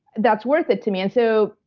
that's worth it to me. and so,